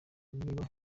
niba